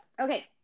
Okay